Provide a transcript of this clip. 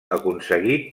aconseguit